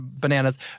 Bananas